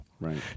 Right